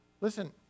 Listen